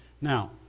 Now